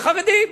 חרדים.